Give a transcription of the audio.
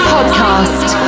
Podcast